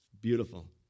Beautiful